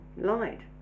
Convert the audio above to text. lied